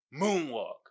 Moonwalk